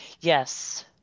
Yes